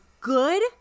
good